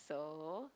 so